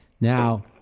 Now